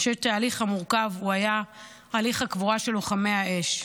אני חושבת שהתהליך המורכב היה הליך הקבורה של לוחמי האש.